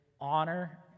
honor